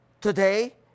today